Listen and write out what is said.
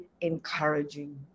encouraging